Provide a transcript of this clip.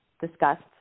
discussed